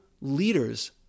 leaders